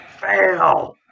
Fail